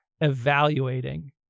evaluating